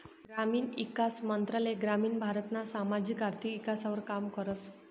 ग्रामीण ईकास मंत्रालय ग्रामीण भारतना सामाजिक आर्थिक ईकासवर काम करस